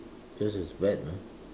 just as bad know